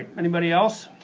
anybody else?